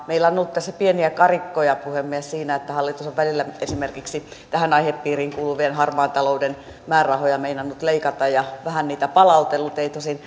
meillä on ollut pieniä karikkoja puhemies siinä että hallitus on välillä esimerkiksi tähän aihepiiriin kuuluvia harmaan talouden määrärahoja meinannut leikata ja vähän niitä palautellut ei tosin